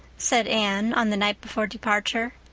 said anne on the night before departure.